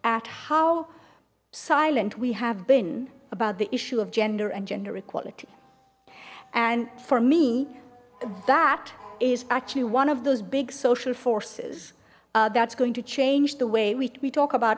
at how silent we have been about the issue of gender and gender equality and for me that is actually one of those big social forces that's going to change the way we talk about